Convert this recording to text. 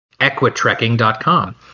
Equitrekking.com